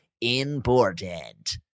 important